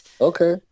Okay